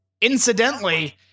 incidentally